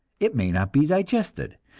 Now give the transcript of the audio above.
it may not be digested,